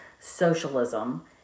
socialism